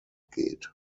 geht